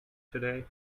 today